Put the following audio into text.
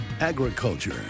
agriculture